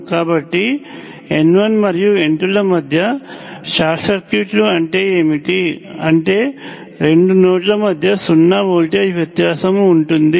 కాబట్టి n1 మరియు n2 ల మధ్య షార్ట్ సర్క్యూట్లు అంటే ఏమిటి అంటే రెండు నోడ్ల మధ్య సున్నా వోల్టేజ్ వ్యత్యాసము ఉంటుంది